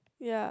ya